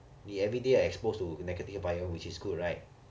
你 everyday exposed to 那个 which is good right